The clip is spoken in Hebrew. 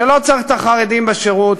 שלא צריך את החרדים בשירות,